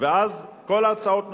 ואז כל ההצעות נופלות,